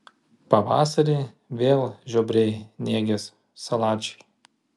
pavasarį vėl žiobriai nėgės salačiai